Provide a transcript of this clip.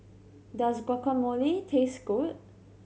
does Guacamole taste good